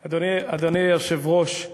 אדוני היושב-ראש,